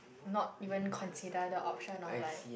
not even consider the option of like